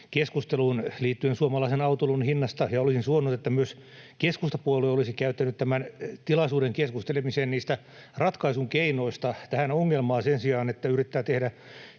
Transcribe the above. keskusteluun liittyen suomalaisen autoilun hintaan, ja olisin suonut, että myös keskustapuolue olisi käyttänyt tämän tilaisuuden keskustelemiseen niistä ratkaisukeinoista tähän ongelmaan sen sijaan, että yrittää tehdä